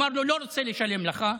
אמר לו: לא רוצה לשלם לך.